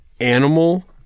animal